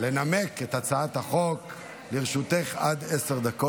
ותעבור לוועדה, אופיר, ועדת הפנים?